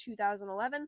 2011